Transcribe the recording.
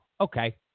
okay